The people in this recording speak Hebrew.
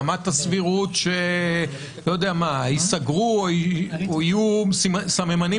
מה רמת הסבירות שייסגרו או יהיו סממנים